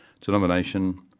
denomination